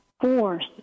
force